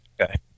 Okay